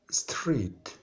street